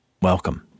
Welcome